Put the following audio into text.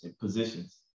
positions